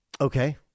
Okay